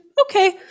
okay